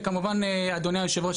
וכמובן אדוני יושב הראש,